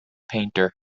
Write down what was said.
painter